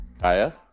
Kaya